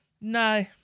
no